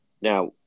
now